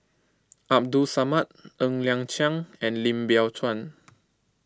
Abdul Samad Ng Liang Chiang and Lim Biow Chuan